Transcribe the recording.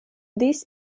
these